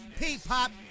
P-Pop